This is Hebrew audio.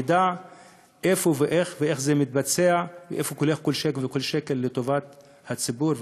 ידע איפה ואיך זה מתבצע ולאן הולך כל שקל ושקל לטובת הציבור,